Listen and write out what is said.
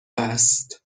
است